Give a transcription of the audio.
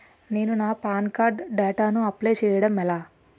నేను నా PAN card డేటాను అప్లోడ్ చేయడం ఎలా?